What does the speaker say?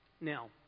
Now